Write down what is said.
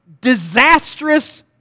disastrous